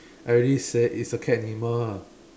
I already said it's a cat animal